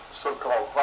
so-called